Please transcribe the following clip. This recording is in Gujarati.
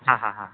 હાં હાં હાં